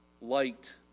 light